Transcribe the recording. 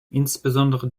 insbesondere